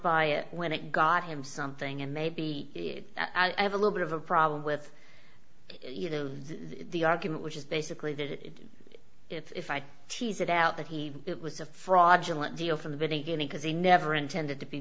by it when it got him something and maybe i have a little bit of a problem with it you know the argument which is basically that if i can tease it out that he it was a fraudulent deal from the beginning because he never intended to be